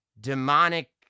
demonic